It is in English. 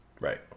Right